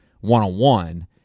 one-on-one